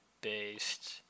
based